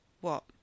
What